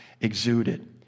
exuded